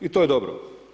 I to je dobro.